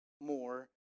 more